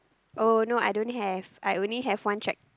oh no I don't have I only have one track